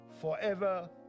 forever